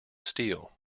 steel